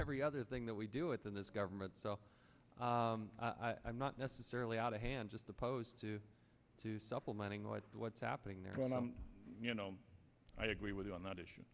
every other thing that we do within this government so i'm not necessarily out of hand just opposed to to supplementing with what's happening there when i'm you know i agree with you on that issue